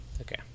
Okay